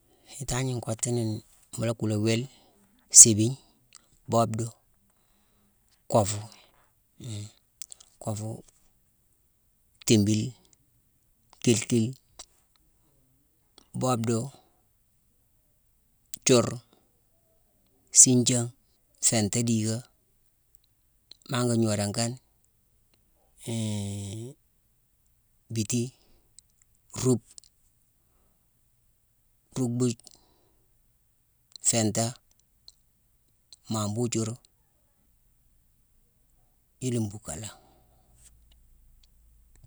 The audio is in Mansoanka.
Itangna nkottu nini: mu la kula wile, sébigne, bobdu, koffu, koffu, tiibile, kile kile, bobdu, thiur, siithiangh, finta diiga, manka gnooda kane, biiti, rube, rubuje, finta, mambujur, yuna mbuukalé.